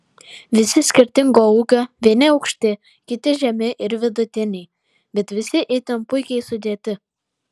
visi skirtingo ūgio vieni aukšti kiti žemi ir vidutiniai bet visi itin puikiai sudėti